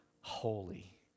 holy